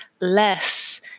less